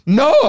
no